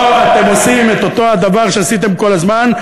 פה אתם עושים את אותו הדבר שעשיתם כל הזמן,